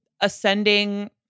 ascending